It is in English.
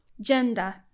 gender